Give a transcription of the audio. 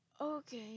Okay